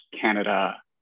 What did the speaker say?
Canada